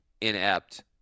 inept